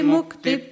Mukti